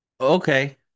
Okay